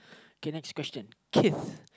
K next question kiss